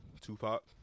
Tupac